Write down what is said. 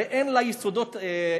הרי אין לה יסודות איתנים.